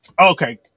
Okay